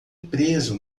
preso